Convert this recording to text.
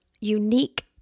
unique